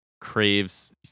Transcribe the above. craves